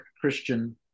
Christian